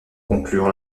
conclure